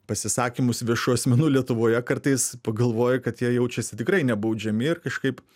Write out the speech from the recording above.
pasisakymus viešų asmenų lietuvoje kartais pagalvoji kad jie jaučiasi tikrai nebaudžiami ir kažkaip